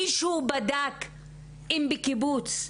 מישהו בדק אם בקיבוץ,